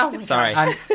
sorry